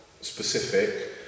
specific